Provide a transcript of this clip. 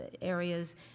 areas